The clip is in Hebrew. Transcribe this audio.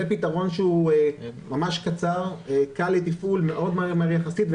זה פתרון שהוא ממש קצר וקל לתפעול מהר יחסית.